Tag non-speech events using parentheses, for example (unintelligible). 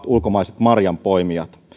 (unintelligible) ulkomaiset marjanpoimijat